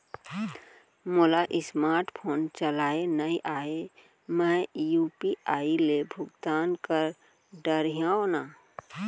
मोला smart phone चलाए नई आए मैं यू.पी.आई ले भुगतान कर डरिहंव न?